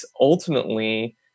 ultimately